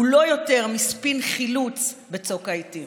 הוא לא יותר מספין חילוץ בצוק העיתים.